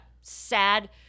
sad